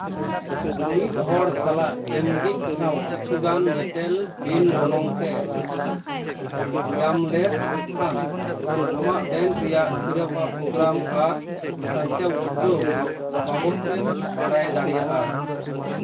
ᱢᱤᱫ ᱦᱚᱲ ᱥᱟᱞᱟᱜ ᱮᱢᱚᱜᱤᱡᱽ ᱥᱟᱶ ᱠᱤᱪᱷᱩᱜᱟᱱ ᱧᱮᱯᱮᱞ ᱵᱤᱱ ᱜᱚᱱᱚᱝ ᱛᱮ ᱜᱟᱢ ᱞᱮᱫ ᱠᱷᱟᱱ ᱟᱢᱟᱜ ᱵᱮᱝᱠ ᱨᱮᱭᱟᱜ ᱥᱤᱨᱯᱟᱹ ᱯᱨᱳᱜᱨᱟᱢ ᱟᱨ ᱥᱟᱧᱪᱟᱣ ᱩᱫᱽᱜᱟᱹᱣ ᱵᱟᱵᱚᱫ ᱛᱮᱢ ᱵᱟᱲᱟᱭ ᱫᱟᱲᱮᱭᱟᱜᱼᱟ